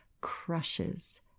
crushes